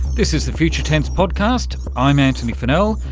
this is the future tense podcast. i'm antony funnell,